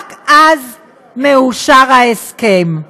רק אז ההסכם מאושר.